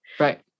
Right